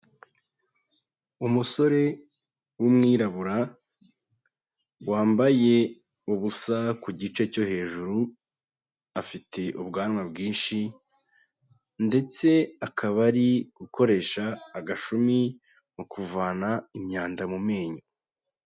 Umusore w'umwirabura, wambaye ubusa ku gice cyo hejuru, afite ubwanwa bwinshi ndetse akaba ari gukoresha agashumi mu kuvana imyanda mu menyo.